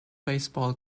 baseball